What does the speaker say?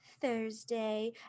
thursday